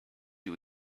you